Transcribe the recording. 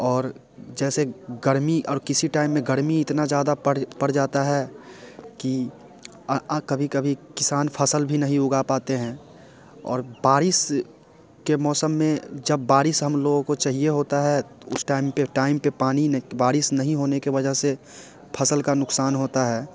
और जैसे गर्मी और किसी टाइम में गर्मी इतना ज़्यादा पड़ पड़ जाता है कि कभी कभी किसान फ़सल भी नहीं उगा पाते हैं और बारिश के मौसम में जब बारिश हम लोगों को चाहिए होता है तो उस टाइम पर टाइम पर पानी नहीं बारिश नहीं होने की वजह से फ़सल का नुक़सान होता है